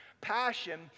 Passion